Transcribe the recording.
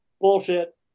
bullshit